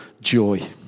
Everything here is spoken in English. joy